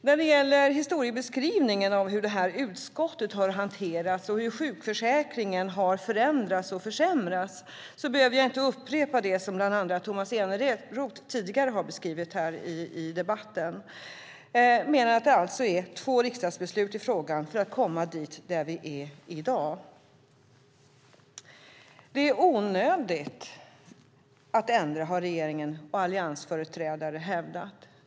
När det gäller historiebeskrivningen av hur det här utskottet har hanterats och hur sjukförsäkringen har förändrats och försämrats behöver jag inte upprepa det som bland andra Tomas Eneroth har beskrivit tidigare i debatten, mer än att det alltså har krävts två riksdagsbeslut i frågan för att komma dit där vi är i dag. Det är onödigt att ändra, har regeringen och alliansföreträdare hävdat.